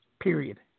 Period